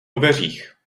dveřích